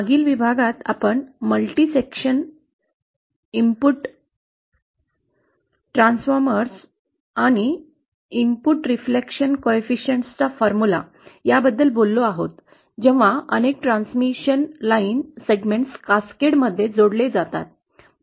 मागील विभागात आपण मल्टी सेक्शन ट्रान्सफॉर्मर्स आणि इनपुट परावर्तन गुणांका चा फॉर्म्युला या बद्दल बोललो आहोत जेव्हा अनेक ट्रान्समिशन लाईन सेगमेंट कॅस्केड मध्ये जोडले जातात